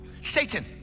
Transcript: Satan